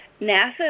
nasa